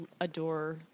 adore